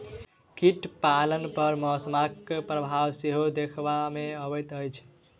कीट पालन पर मौसमक प्रभाव सेहो देखबा मे अबैत अछि